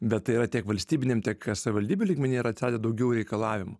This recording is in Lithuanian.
bet tai yra tiek valstybiniam tiek savivaldybių lygmeny yra atsiradę daugiau reikalavimų